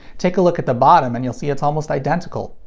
take a look at the bottom and you'll see it's almost identical.